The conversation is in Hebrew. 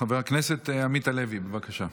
חבר הכנסת עמית הלוי, בבקשה.